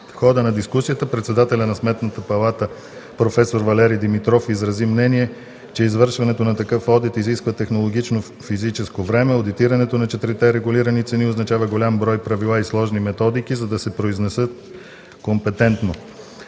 В хода на дискусията председателят на Сметната палата проф. Валери Димитров изрази мнение, че извършването на такъв одит изисква технологично физическо време. Одитирането на четирите регулирани цени означава голям брой правила и сложни методики за да се произнесат компетентно.